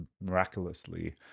miraculously